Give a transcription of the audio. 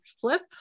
flip